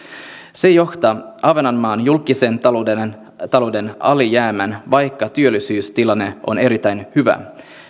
se johtaa ahvenanmaan julkisen talouden talouden alijäämään vaikka työllisyystilanne on erittäin hyvä